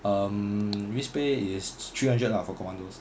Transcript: um risk pay is three hundred lah for commandos